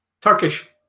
Turkish